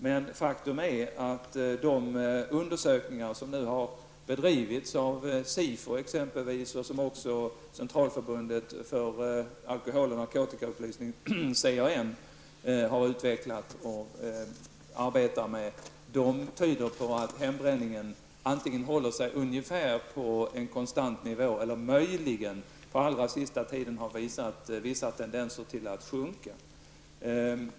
Men faktum är att de undersökningar som nu har bedrivits av exempelvis Sifo och av Centralförbundet för alkohol och narkotikaupplysning, CAN, tyder på att hembränningen antingen håller sig på en ungefär konstant nivå eller möjligen på allra senaste tiden har visat vissa tendenser till att sjunka.